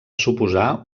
suposar